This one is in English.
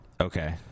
okay